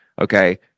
Okay